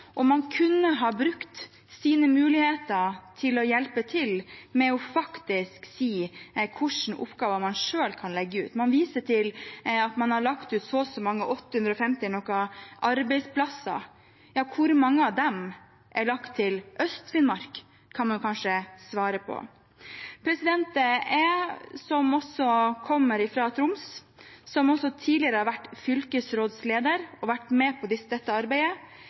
og man kunne ha brukt muligheten til å hjelpe til ved faktisk å si hvilke oppgaver man selv kan legge ut. Man viser til at man har lagt ut så og så mange arbeidsplasser – 850 eller noe slikt. Hvor mange av dem er lagt til Øst-Finnmark? Det kan man kanskje svare på. Jeg, som kommer fra Troms, og som tidligere har vært fylkesrådsleder og vært med på dette arbeidet,